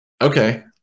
Okay